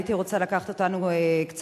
הייתי רוצה לקחת אותנו קצת,